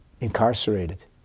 incarcerated